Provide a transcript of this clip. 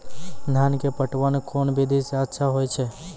धान के पटवन कोन विधि सै अच्छा होय छै?